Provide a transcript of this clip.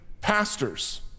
pastors